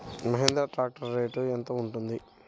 Mahindra tractor rate మార్కెట్లో యెంత ఉంటుంది?